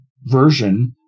version